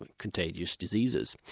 and contagious diseases.